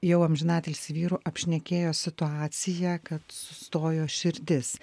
jau amžinatilsį vyru apšnekėjo situaciją kad sustojo širdis